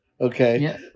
Okay